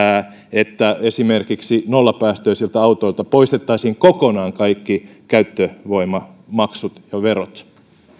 että esimerkiksi nollapäästöisiltä autoilta poistettaisiin kokonaan kaikki käyttövoimamaksut ja verot